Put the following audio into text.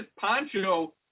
poncho